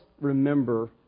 remember